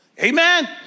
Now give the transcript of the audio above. Amen